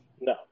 No